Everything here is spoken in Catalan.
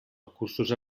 recursos